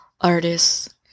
artists